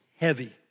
heavy